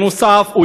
נוסף על כך,